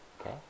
okay